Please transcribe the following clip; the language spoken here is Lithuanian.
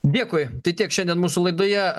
dėkui tai tiek šiandien mūsų laidoje